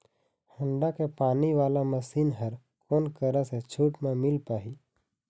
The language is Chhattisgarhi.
होण्डा के पानी वाला मशीन हर कोन करा से छूट म मिल पाही?